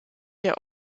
der